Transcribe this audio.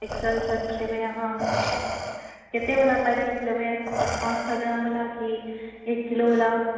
Excel Surf लेबै अहाँ कतयवला पैकेट लेबै अहाँ पाँच सए ग्रामवला की एक किलोवला